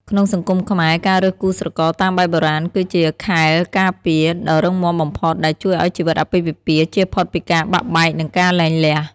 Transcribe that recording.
ក្នុងសង្គមខ្មែរ ការរើសគូស្រករតាមបែបបុរាណគឺជា "ខែលការពារ" ដ៏រឹងមាំបំផុត ដែលជួយឱ្យជីវិតអាពាហ៍ពិពាហ៍ចៀសផុតពីការបាក់បែក និងការលែងលះ។